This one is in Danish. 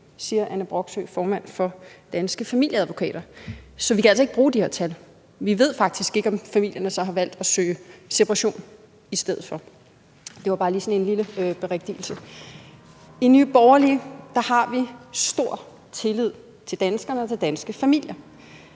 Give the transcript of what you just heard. siger Anne Broksø, formand for Danske Familieadvokater. Så vi kan altså ikke bruge de her tal – vi ved faktisk ikke, om familierne har valgt at søge separation i stedet for. Det var bare lige sådan en lille berigtigelse. I Nye Borgerlige har vi stor tillid til danskerne og til danske familier.